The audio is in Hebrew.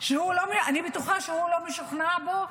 אני בטוחה שהוא לא משוכנע בו,